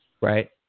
right